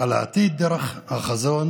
על העתיד דרך החזון,